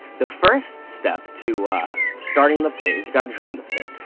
the first step to starting the pit, is you gotta join the pit.